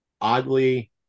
oddly